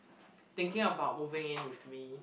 thinking about moving in with me